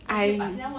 I